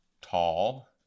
Tall